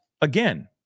again